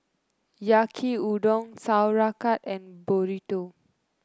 Yaki Udon Sauerkraut and Burrito